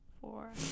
four